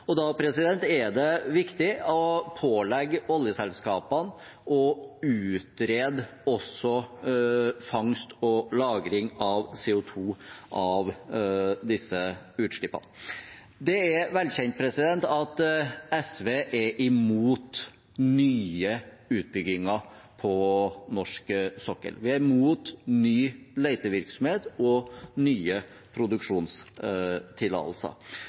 Da er det viktig å pålegge oljeselskapene å utrede fangst og lagring av CO 2 fra disse utslippene. Det er velkjent at SV er imot nye utbygginger på norsk sokkel. Vi er imot ny letevirksomhet og nye produksjonstillatelser.